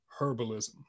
herbalism